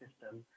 system